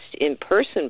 in-person